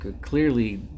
clearly